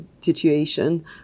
situation